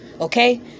okay